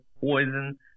Poison